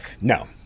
No